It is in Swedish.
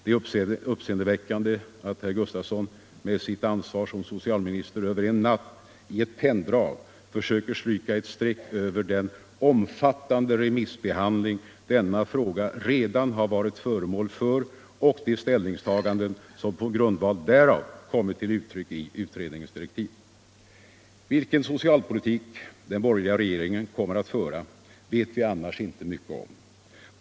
Det är uppseendeväckande att herr Gustavsson med sitt ansvar som socialminister över en natt i ett penndrag försöker stryka ett streck över den omfattande remissbehandling denna fråga redan har varit föremål för och de ställningstaganden som på grundval därav kommit till uttryck i utredningens direktiv. Vilken socialpolitik den borgerliga regeringen kommer att föra vet vi annärs inte mycket om.